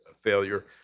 failure